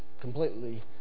completely